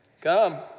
Come